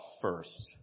first